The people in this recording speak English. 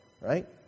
Right